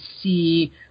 see